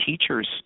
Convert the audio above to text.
teachers